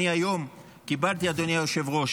קיבלתי היום,